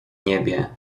niebie